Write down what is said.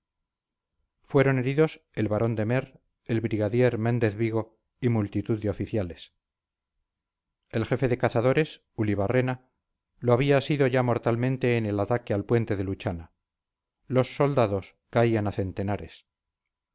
fueron heridos el barón de meer el brigadier méndez vigo y multitud de oficiales el jefe de cazadores ulibarrena lo había sido ya mortalmente en el ataque al puente de luchana los soldados caían a centenares